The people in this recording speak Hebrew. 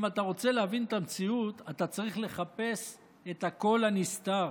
אם אתה רוצה להבין את המציאות אתה צריך לחפש את הקול הנסתר,